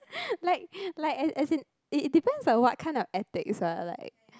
like like as in it depend on what kind of ethics lah like